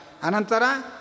Anantara